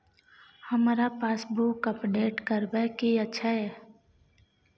हमरा passbook update करैबे के अएछ?